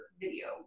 video